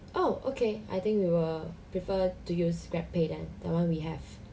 oh okay I think we will prefer to use GrabPay then that [one] we have